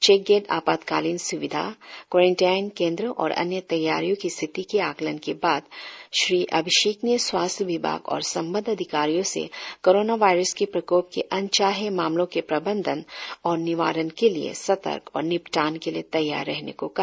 check gate आपातकालीन स्विधा quarantine केंद्रों और अन्य तैयारियों की स्थिती के आकलन के बाद श्री अभिशेक ने स्वास्थ्य विभाग और संबंद्व अधिकारियों से कोरोना वायरस के प्रकोप के प्रबंधन और निवारण के लिए सर्तक और निपटान के लिए तैयार रहने को कहा